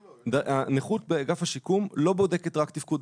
נכות באגף השיקום לא בודקת רק תפקוד.